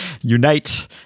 unite